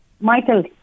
Michael